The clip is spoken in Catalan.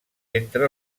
entre